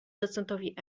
docentowi